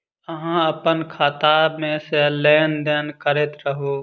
अहाँ अप्पन खाता मे सँ लेन देन करैत रहू?